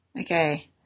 Okay